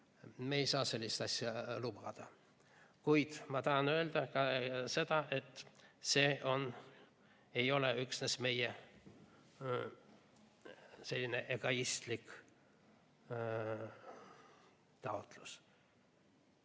ei saa sellist asja lubada. Kuid ma tahan öelda veel seda, et see ei ole üksnes meie egoistlik taotlus.